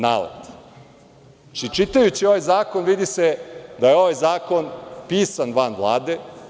Znači, čitajući ovaj zakon, vidi se da je ovaj zakon pisan van Vlade.